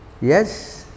Yes